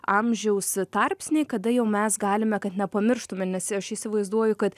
amžiaus tarpsniai kada jau mes galime kad nepamirštume nes aš įsivaizduoju kad